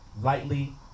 lightly